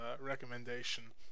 recommendation